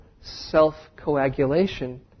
self-coagulation